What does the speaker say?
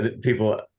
people